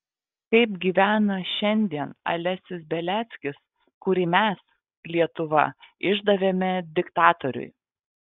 kaip gyvena šiandien alesis beliackis kurį mes lietuva išdavėme diktatoriui